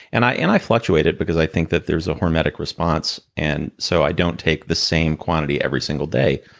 and i and i fluctuate it, because i think that there's a hermetic response, and so i don't take the same quantity every single day.